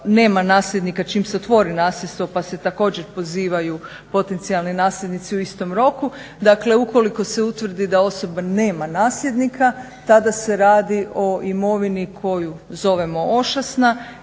nema nasljednika čim se otvori nasljedstvo pa se također pozivaju potencijalni nasljednici u istom roku. Dakle, ukoliko se utvrdi da osoba nema nasljednika tada se radi o imovini koju zovemo ošasna